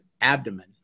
abdomen